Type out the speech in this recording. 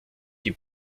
die